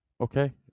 Okay